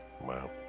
Wow